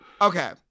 Okay